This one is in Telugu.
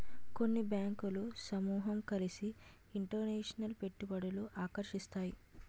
కొన్ని బ్యాంకులు సమూహం కలిసి ఇంటర్నేషనల్ పెట్టుబడులను ఆకర్షిస్తాయి